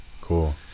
cool